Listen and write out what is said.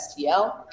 STL